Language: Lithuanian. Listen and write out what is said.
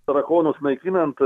tarakonus naikinant